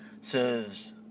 serves